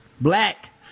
Black